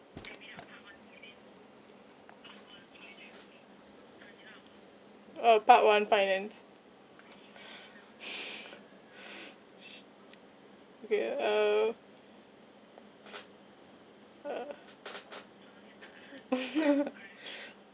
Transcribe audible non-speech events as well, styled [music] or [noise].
uh part one finance [breath] okay uh uh [laughs]